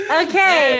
okay